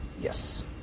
Yes